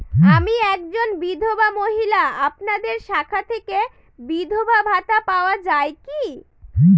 আমি একজন বিধবা মহিলা আপনাদের শাখা থেকে বিধবা ভাতা পাওয়া যায় কি?